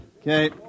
Okay